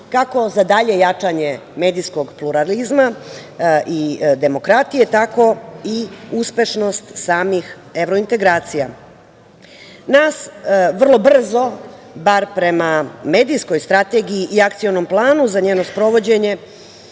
kako za dalje jačanje medijskog pluralizma i demokratije, tako i uspešnost samih evrointegracija. Nas vrlo brzo, bar prema medijskoj strategiji i akcionom planu za njeno sprovođenje